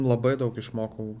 labai daug išmokau